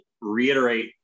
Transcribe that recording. reiterate